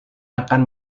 akan